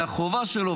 זו החובה שלו.